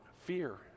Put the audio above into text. fear